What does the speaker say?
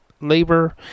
labor